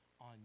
on